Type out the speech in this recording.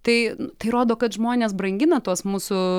tai tai rodo kad žmonės brangina tuos mūsų